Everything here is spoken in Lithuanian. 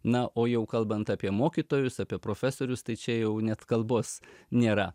na o jau kalbant apie mokytojus apie profesorius tai čia jau net kalbos nėra